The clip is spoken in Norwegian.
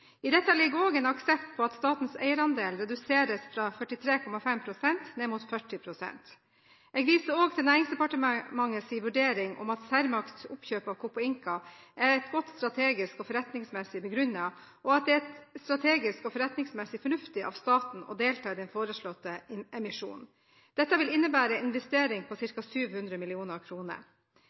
I dette ligger også en aksept for at statens eierandel reduseres fra 43,5 pst. ned mot 40 pst. Jeg viser også til Næringsdepartementets vurdering av at Cermaqs oppkjøp av Copeinca er godt strategisk og forretningsmessig begrunnet, og at det er strategisk og forretningsmessig fornuftig av staten å delta i den foreslåtte emisjonen. Dette vil innebære en investering på ca. 700